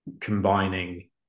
combining